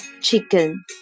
Chicken